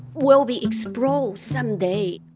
will be explode some day